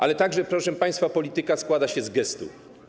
Ale także, proszę państwa, polityka składa się z gestów.